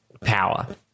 power